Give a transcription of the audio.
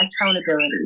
accountability